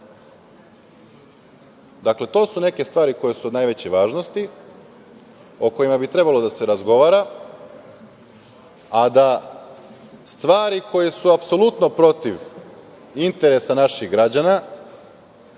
pitanju? To su neke stvari koje su od najveće važnosti, o kojima bi trebalo da se razgovara, a da stvari koje su apsolutno protiv interesa naših građana